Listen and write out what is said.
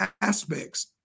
aspects